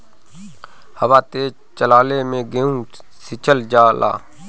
हवा तेज चलले मै गेहू सिचल जाला?